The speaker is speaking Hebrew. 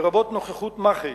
לרבות נוכחות מח"י,